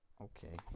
Okay